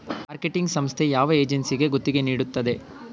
Marketing ಸಂಸ್ಥೆ ಯಾವ ಏಜೆನ್ಸಿಗೆ ಗುತ್ತಿಗೆ ನೀಡುತ್ತದೆ?